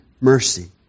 mercy